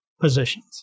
positions